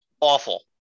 Awful